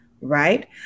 right